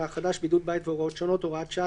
החדש) (בידוד בית והוראות שונות) (הוראת שעה),